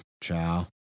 ciao